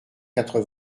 quatre